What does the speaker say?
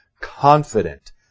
confident